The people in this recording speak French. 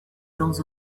dans